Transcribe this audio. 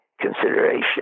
consideration